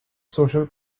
social